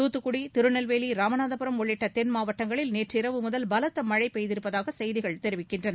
தூத்துக்குடி திருநெல்வேலி ராமநாதபுரம் உள்ளிட்ட தென் மாவட்டங்களில் நேற்றிரவு முதல் பலத்த மழை பெய்திருப்பதாக செய்திகள் தெரிவிக்கின்றன